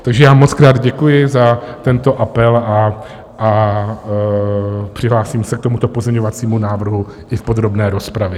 Takže já mockrát děkuji za tento apel a přihlásím se k tomuto pozměňovacímu návrhu i v podrobné rozpravě.